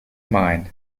mind